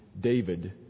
David